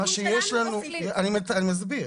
אני מסביר.